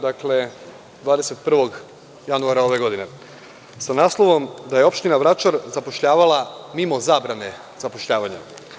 Dakle, 21. januara ove godine, sa naslovom da je opština Vračar zapošljavala mimo zabrane zapošljavanja.